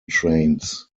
trains